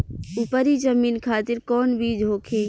उपरी जमीन खातिर कौन बीज होखे?